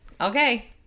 Okay